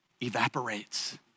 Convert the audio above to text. evaporates